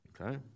Okay